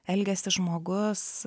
elgiasi žmogus